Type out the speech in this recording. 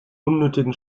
unnötigen